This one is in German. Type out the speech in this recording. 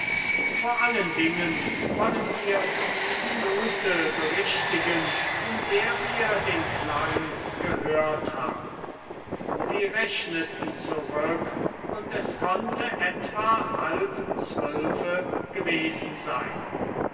vor allen dingen wollen wir die minute berichtigen in der wir den klang gehört haben sie rechneten zurück und es konnte etwa halb zwölfe gewesen sein